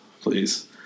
please